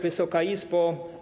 Wysoka Izbo!